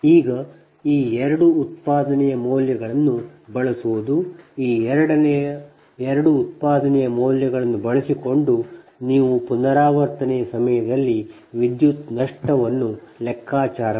ಈಗ ಈ ಎರಡು ಉತ್ಪಾದನೆಯ ಮೌಲ್ಯಗಳನ್ನು ಬಳಸುವುದು ಈ ಎರಡು ಉತ್ಪಾದನೆಯ ಮೌಲ್ಯಗಳನ್ನು ಬಳಸಿಕೊಂಡು ನೀವು ಮೂರನೆಯ ಪುನರಾವರ್ತನೆಯ ಸಮಯದಲ್ಲಿ ವಿದ್ಯುತ್ ನಷ್ಟವನ್ನು ಲೆಕ್ಕಾಚಾರ ಮಾಡಿ